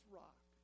rock